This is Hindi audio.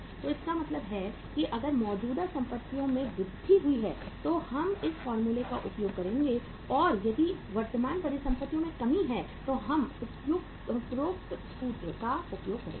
तो इसका मतलब है कि अगर मौजूदा परिसंपत्तियों में वृद्धि हुई है तो हम इस फार्मूले का उपयोग करेंगे और यदि वर्तमान परिसंपत्तियों में कमी है तो हम उपरोक्त सूत्र का उपयोग करेंगे